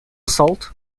salt